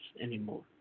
anymore